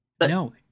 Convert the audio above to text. No